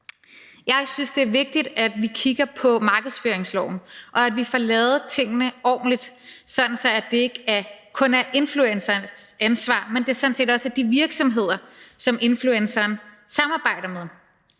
jeg synes, det er vigtigt, at vi kigger på markedsføringsloven, og at vi får lavet tingene ordentligt, sådan at det ikke kun er influencerens ansvar, men at det sådan set også er de virksomheder, som influenceren samarbejder med.